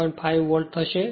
5 volt થશે